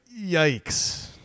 yikes